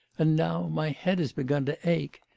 and now my head has begun to ache.